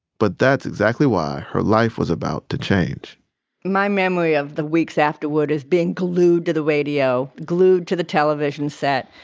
but that's exactly why her life was about to change my memory of the weeks afterward is being glued to the radio, glued to the television set,